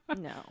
no